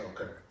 Okay